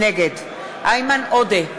נגד איימן עודה,